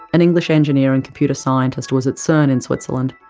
an english engineer and computer scientist, was at cern in switzerland,